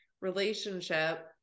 relationship